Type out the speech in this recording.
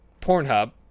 Pornhub